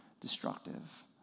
destructive